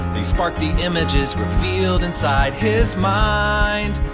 they spark the images revealed inside his mind,